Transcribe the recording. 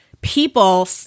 people